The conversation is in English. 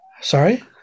Sorry